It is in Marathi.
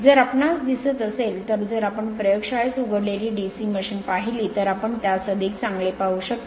जर आपणास दिसत असेल तर जर आपण प्रयोगशाळेस उघडलेली DC मशीन पाहिली तर आपण त्यास अधिक चांगले पाहू शकता